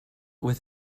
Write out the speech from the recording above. with